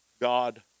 God